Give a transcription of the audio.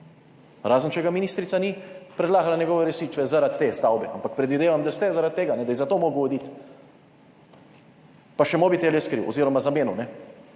Razen, če ga ministrica ni predlagala, njegove rešitve(?) zaradi te stavbe, ampak predvidevam, da ste, zaradi tega, da je zato moral oditi, pa še mobitel je skril oziroma zamenjal,